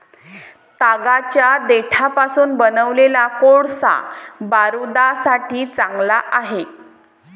तागाच्या देठापासून बनवलेला कोळसा बारूदासाठी चांगला आहे